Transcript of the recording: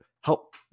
help